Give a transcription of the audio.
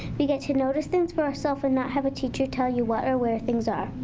we get to notice things for ourself and not have a teacher tell you what or where things are.